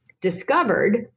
discovered